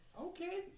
Okay